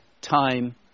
time